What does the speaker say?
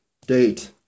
Date